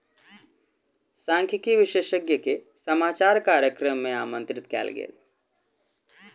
सांख्यिकी विशेषज्ञ के समाचार कार्यक्रम मे आमंत्रित कयल गेल